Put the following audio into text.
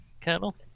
colonel